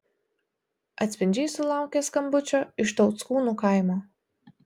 atspindžiai sulaukė skambučio iš tauckūnų kaimo